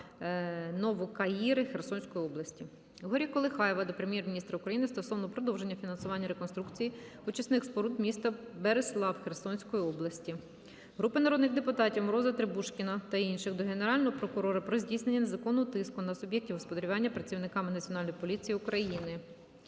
Навокаїри Херсонської області. Ігоря Колихаєва до Прем'єр-міністра України стосовно продовження фінансування реконструкції очисних споруд міста Берислав Херсонської області. Групи народних депутатів (Мороза, Требушкіна та інших) до Генерального прокурора про здійснення незаконного тиску на суб'єктів господарювання працівниками Національної поліції України.